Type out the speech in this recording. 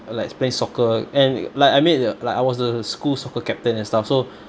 uh like play soccer and like I made the like I was the school soccer captain and stuff so